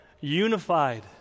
unified